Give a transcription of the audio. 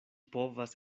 povas